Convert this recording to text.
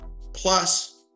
plus